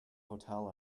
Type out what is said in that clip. hotel